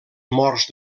morts